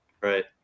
right